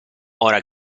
ora